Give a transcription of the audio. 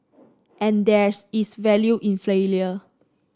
and there's is value in failure